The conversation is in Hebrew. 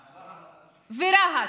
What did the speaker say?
ורהט,